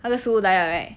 那个食物来 liao right